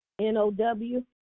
N-O-W